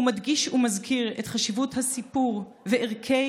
הוא מדגיש ומזכיר את חשיבות הסיפור וערכי